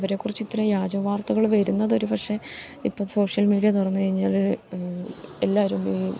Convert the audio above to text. അവരെക്കുറിച്ച് ഇത്രേം വ്യാജവാർത്തകൾ വരുന്നത് ഒരു പക്ഷേ ഇപ്പം സോഷ്യൽ മീഡിയ തുറന്ന് കഴിഞ്ഞാൽ എല്ലാവരും